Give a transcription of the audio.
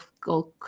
go